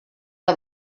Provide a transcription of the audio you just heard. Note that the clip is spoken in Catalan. que